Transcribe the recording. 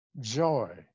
joy